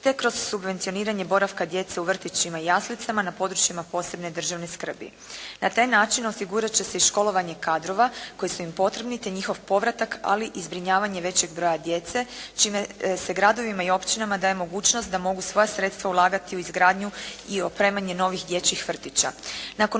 te kroz subvencioniranje boravka djece u vrtićima i jaslicama na područjima posebne državne skrbi. Na taj način osigurat će se i školovanje kadrova koji su im potrebni, te njihov povratak ali i zbrinjavanje većeg broja djece čime se gradovima i općinama daje mogućnost da mogu svoja sredstva ulagati u izgradnju i opremanje novih dječjih vrtića.